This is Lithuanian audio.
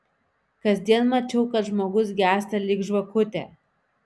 kasdien mačiau kad žmogus gęsta lyg žvakutė